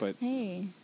Hey